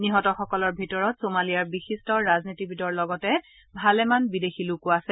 নিহত সকলৰ ভিতৰত ছোমালিয়াৰ বিশিষ্ট ৰাজনীতিবিদৰ লগতে ভালেমান বিদেশী লোকও আছে